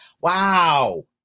Wow